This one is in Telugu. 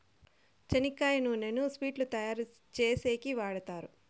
చెనక్కాయ నూనెను స్వీట్లు తయారు చేసేకి వాడుతారు